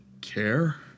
care